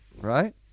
right